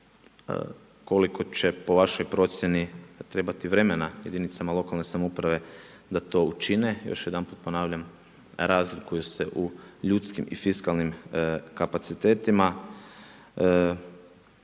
koliko će po vašoj procjeni trebati vremena jedinicama lokalne samouprave da to učine. Još jedanput ponavljam, razlikuju se u ljudskim i fiskalnim kapacitetima,